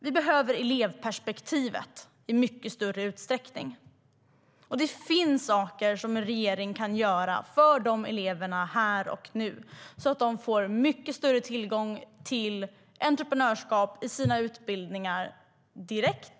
Vi behöver elevperspektivet i mycket större utsträckning, och det finns saker en regering kan göra för dessa elever här och nu så att de får mycket större tillgång till entreprenörskap i sina utbildningar - direkt.